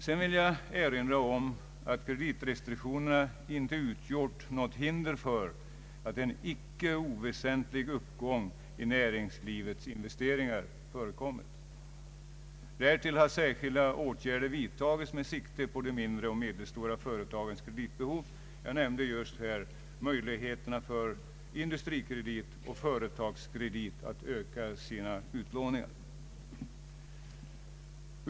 Sedan vill jag erinra om att kreditrestriktionerna inte utgjort något hinder för en inte oväsentlig uppgång i näringslivets investeringar. Därtill har särskilda åtgärder vidtagits med sikte på de mindre och medelstora företagens kreditbehov. Jag nämnde just möjligheterna för Industrikredit och Företagskredit att öka sina utlåningar.